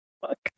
Fuck